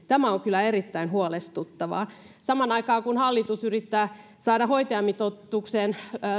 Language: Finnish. tämä on kyllä erittäin huolestuttavaa samaan aikaan kun hallitus yrittää löytää hoitajamitoitukseen